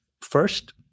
first